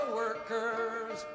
workers